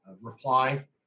reply